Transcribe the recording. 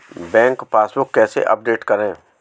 Bank passbook कैसे update करें?